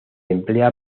emplea